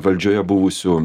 valdžioje buvusių